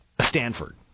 Stanford